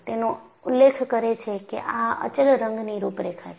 તેનો ઉલ્લેખ કરે છે કે આ અચલ રંગની રૂપરેખા છે